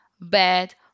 bad